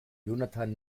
jonathan